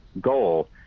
goal